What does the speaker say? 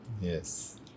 Yes